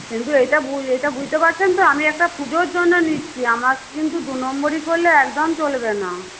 কিন্তু এইটা এইটা বুঝতে পারছেন তো আমি একটা পুজোর জন্যে নিচ্ছি আমার কিন্তু দু নম্বরি করলে একদম চলবে না